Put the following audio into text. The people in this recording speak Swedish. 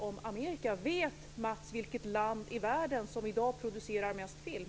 Vet Mats Einarsson vilket land i världen som i dag producerar mest film?